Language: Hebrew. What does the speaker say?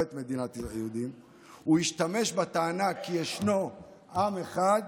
הוא השתמש בטענה כי "ישנו עם אחד